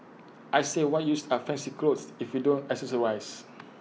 I say what use are fancy clothes if you don't accessorise